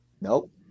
Nope